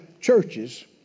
churches